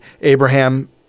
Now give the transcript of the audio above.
Abraham